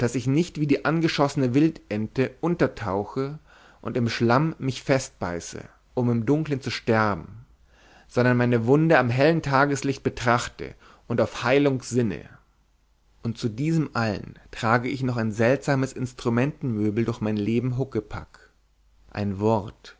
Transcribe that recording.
ich nicht wie die angeschossene wildente untertauche und im schlamm mich fest beiße um im dunklen zu sterben sondern meine wunde am hellen tageslicht betrachte und auf heilung sinne und zu diesem allen trage ich noch ein seltsames instrumentenmöbel durch mein leben huckepack ein wort